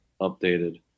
updated